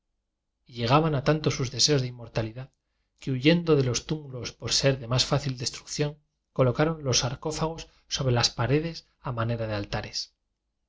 ban a tanto sus deseos de inmortalidad que huyendo de los túmulos por ser de más fácil destrucción colocaron los sarcófagos sobre las paredes a manera de alfares